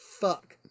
fuck